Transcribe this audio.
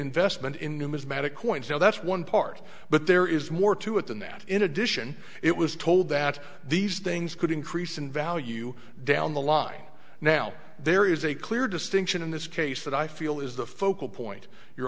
numismatic coins so that's one part but there is more to it than that in addition it was told that these things could increase in value down the line now there is a clear distinction in this case that i feel is the focal point you